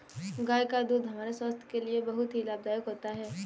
गाय का दूध हमारे स्वास्थ्य के लिए बहुत ही लाभदायक होता है